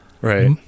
Right